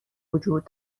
وجود